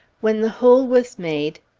when the hole was made,